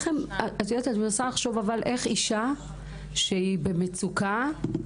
אני מנסה לחשוב איך אישה שהיא במצוקה,